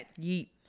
yeet